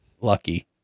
Lucky